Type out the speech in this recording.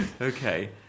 Okay